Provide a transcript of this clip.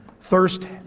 Thirst